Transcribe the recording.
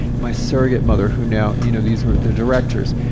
my surrogate mother who now you know these are the directors.